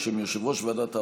בשם יושב-ראש ועדת העבודה,